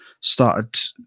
started